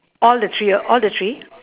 all the three your all the three